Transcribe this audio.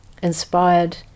inspired